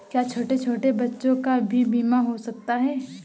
क्या छोटे छोटे बच्चों का भी बीमा हो सकता है?